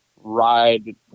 ride